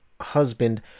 husband